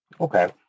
Okay